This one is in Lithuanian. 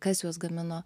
kas juos gamino